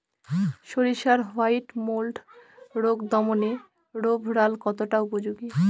সরিষার white mould রোগ দমনে রোভরাল কতটা উপযোগী?